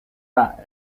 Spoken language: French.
airs